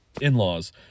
in-laws